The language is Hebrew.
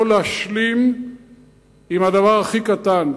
לא להשלים עם הדבר הכי קטן,